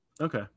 Okay